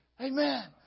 Amen